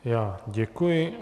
Já děkuji.